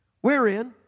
Wherein